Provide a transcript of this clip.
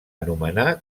anomenar